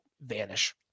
vanish